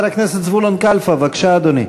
חבר הכנסת זבולון קלפה, בבקשה, אדוני,